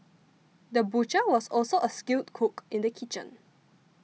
the butcher was also a skilled cook in the kitchen